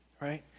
right